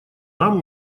нам